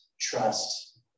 trust